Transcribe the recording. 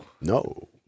No